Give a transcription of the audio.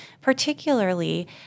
particularly